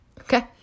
okay